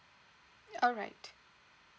all right